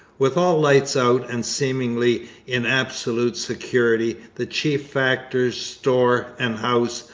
with all lights out and seemingly in absolute security, the chief factor's store and house,